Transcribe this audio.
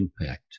impact